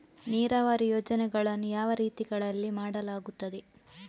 ನೀರಾವರಿ ಯೋಜನೆಗಳನ್ನು ಯಾವ ರೀತಿಗಳಲ್ಲಿ ಮಾಡಲಾಗುತ್ತದೆ?